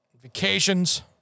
vacations